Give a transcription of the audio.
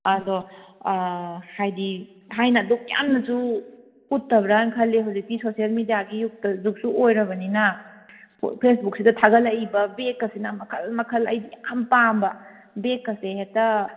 ꯑꯗꯣ ꯍꯥꯏꯗꯤ ꯊꯥꯏꯅ ꯑꯗꯨꯛ ꯌꯥꯝꯅꯁꯨ ꯎꯠꯇꯕ꯭ꯔꯅ ꯈꯜꯂꯦ ꯍꯧꯖꯤꯛꯇꯤ ꯁꯣꯁꯦꯜ ꯃꯦꯗꯤꯌꯥꯒꯤ ꯖꯨꯛꯁꯨ ꯑꯣꯏꯔꯕꯅꯤꯅ ꯐꯦꯁꯕꯨꯛꯁꯤꯗ ꯊꯥꯒꯠꯂꯛꯏꯕ ꯕꯦꯛꯀꯁꯤꯅ ꯃꯈꯜ ꯃꯈꯜ ꯑꯩ ꯌꯥꯝ ꯄꯥꯝꯕ ꯕꯦꯛꯀꯁꯦ ꯍꯦꯛꯇ